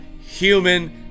human